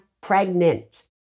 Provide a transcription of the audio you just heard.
pregnant